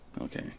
Okay